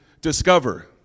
discover